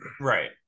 Right